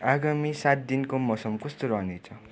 आगामी सात दिनको मौसम कस्तो रहने छ